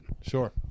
sure